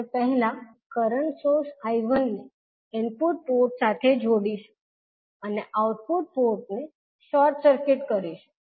આપણે પહેલા current source I1 ને ઇનપુટ પોર્ટ સાથે જોડીશું અને આઉટપુટ પોર્ટ ને શોર્ટ સર્કિટ કરીશું